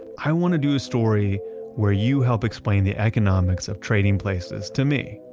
i want to do a story where you help explain the economics of trading places to me,